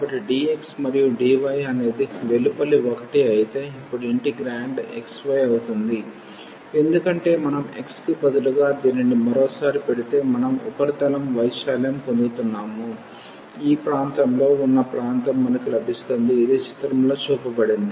కాబట్టి dx మరియు dy అనేది వెలుపలి ఒకటి అయితే ఇప్పుడు ఇంటిగ్రేండ్ xy అవుతుంది ఎందుకంటే మనం x కి బదులుగా దీనిని మరోసారి పెడితే మనం ఉపరితం వైశాల్యం పొందబోతున్నాం ఈ ప్రాంతంలో ఉన్న ప్రాంతం మనకు లభిస్తుంది ఇది చిత్రంలో చూపబడింది